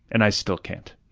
and i still can't.